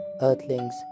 earthlings